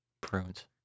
Prunes